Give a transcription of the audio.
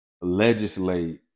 legislate